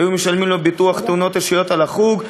היו משלמים עליו ביטוח תאונות אישיות לחוג,